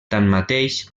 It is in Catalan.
tanmateix